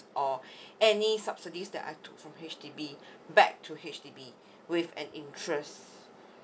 or any subsidies that I took from H_D_B back to H_D_B with an interest